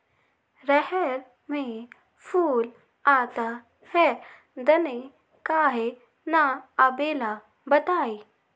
रहर मे फूल आता हैं दने काहे न आबेले बताई?